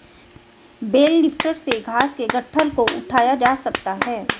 bell lifter से घास के गट्ठल को उठाया जा सकता है